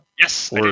Yes